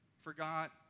forgot